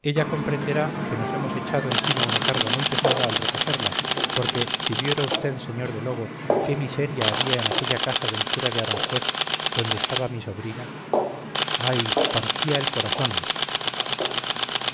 ella comprenderá que nos hemos echado encima una carga muy pesada al recogerla porque si viera vd sr de lobo qué miseria había en aquella casa del cura de aranjuez donde estaba mi sobrina ay partía el corazón